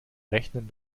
rechnen